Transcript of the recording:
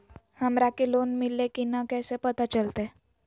हमरा के लोन मिल्ले की न कैसे पता चलते?